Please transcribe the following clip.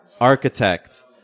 architect